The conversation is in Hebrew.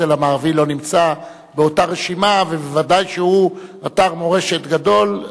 הכותל המערבי לא נמצא באותה רשימה וודאי שהוא אתר מורשת גדול,